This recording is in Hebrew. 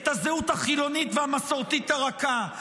את הזהות החילונית והמסורתית הרכה,